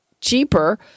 cheaper